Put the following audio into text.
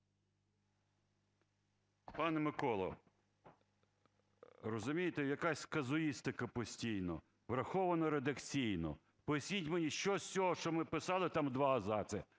Пане Миколо, розумієте, якась казуїстика постійно. Враховано редакційно. Поясніть мені, що з цього, що ми писали, там два абзаци,